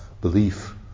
belief